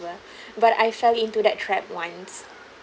but I fell into that trap once